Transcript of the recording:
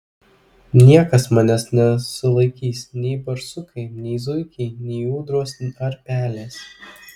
niekas manęs nesulaikys nei barsukai nei zuikiai nei ūdros ar pelės